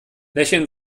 lächeln